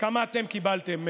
כמה אתם קיבלתם?